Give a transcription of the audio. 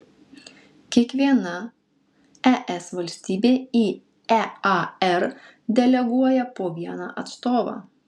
kiekviena es valstybė į ear deleguoja po vieną atstovą